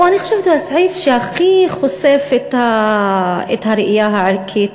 הוא, אני חושבת, הסעיף שהכי חושף את הראייה הערכית